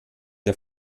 der